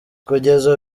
kugeza